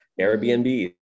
Airbnb